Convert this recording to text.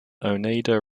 oneida